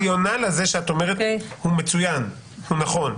הרציונל הזה שאת אומרת הוא מצוין, הוא נכון,